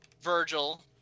Virgil